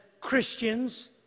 Christians